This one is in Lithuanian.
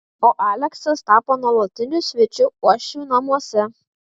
o aleksas tapo nuolatiniu svečiu uošvių namuose